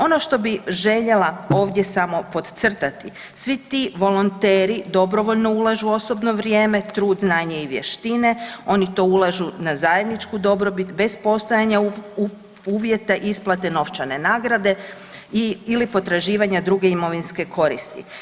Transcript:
Ono što bi željela ovdje samo podcrtati, svi ti volonteri dobrovoljno ulažu osobno vrijeme trud, znanje i vještine, oni to ulažu na zajedničku dobrobit bez postojanja uvjeta isplate novčane nagrade ili potraživanja druge imovinske koristi.